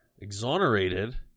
exonerated